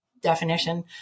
definition